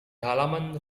halaman